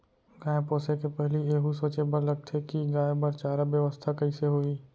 गाय पोसे के पहिली एहू सोचे बर लगथे कि गाय बर चारा बेवस्था कइसे होही